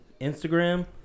Instagram